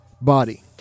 Body